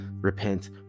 repent